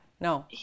no